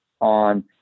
on